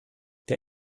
der